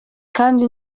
kandi